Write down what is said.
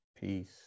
peace